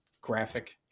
graphic